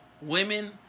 women